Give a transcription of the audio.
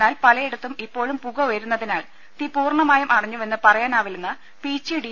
എന്നാൽ പലയിടത്തും ഇപ്പോഴും പുക ഉയരുന്നതിനാൽ തീ പൂർണ്ണമായും അണഞ്ഞുവെന്ന് പറ യാനാവില്ലെന്ന് പീച്ചി ഡി